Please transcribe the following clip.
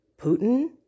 Putin